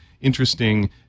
interesting